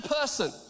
person